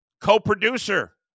co-producer